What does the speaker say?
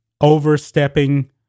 overstepping